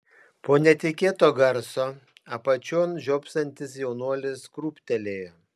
po netikėto garso apačion žiopsantis jaunuolis krūptelėjo